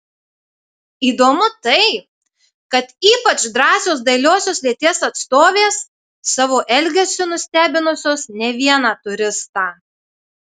įdomu tai kad ypač drąsios dailiosios lyties atstovės savo elgesiu nustebinusios ne vieną turistą